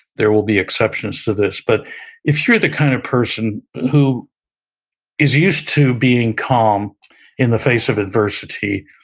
there will be exceptions to this. but if you're the kind of person who is used to being calm in the face of adversity,